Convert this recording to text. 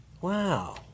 Wow